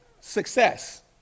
success